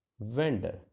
vendor